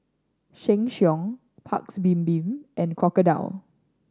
Sheng Siong Paik's Bibim and Crocodile